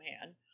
man